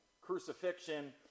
crucifixion